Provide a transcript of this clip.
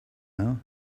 now